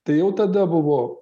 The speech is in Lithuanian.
tai jau tada buvo